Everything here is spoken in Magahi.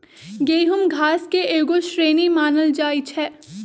गेहूम घास के एगो श्रेणी मानल जाइ छै